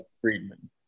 Friedman